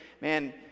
man